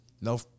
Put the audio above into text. No